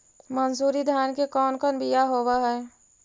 मनसूरी धान के कौन कौन बियाह होव हैं?